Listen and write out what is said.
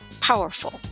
Powerful